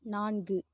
நான்கு